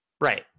Right